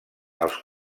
als